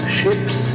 ships